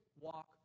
walk